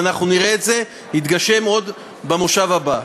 ואנחנו נראה את זה מתגשם עוד במושב הבא.